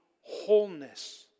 wholeness